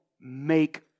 make